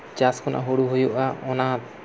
ᱪᱟᱥ ᱠᱷᱱᱟᱜ ᱦᱩᱲᱩ ᱦᱩᱭᱩᱜᱼᱟ ᱚᱱᱟ